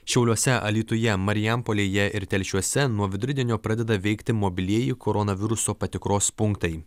šiauliuose alytuje marijampolėje ir telšiuose nuo vidurdienio pradeda veikti mobilieji koronaviruso patikros punktai